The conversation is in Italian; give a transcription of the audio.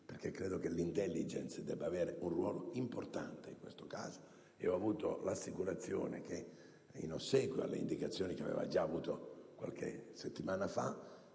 perché ritengo che l'*intelligence* debba svolgere un ruolo importante in questo caso e ho ricevuto l'assicurazione che, in ossequio alle indicazioni da lui avute qualche settimana fa,